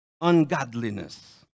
ungodliness